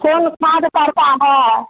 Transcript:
कौन खाद पड़ता है